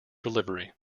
delivery